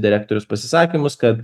direktoriaus pasisakymus kad